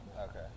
Okay